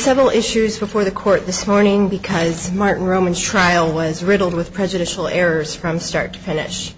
several issues before the court this morning because martin roman trial was riddled with prejudicial errors from start to finish